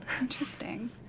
Interesting